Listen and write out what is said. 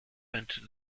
entered